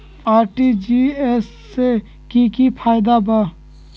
RTGS से की की फायदा बा?